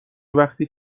وقتی